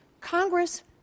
Congress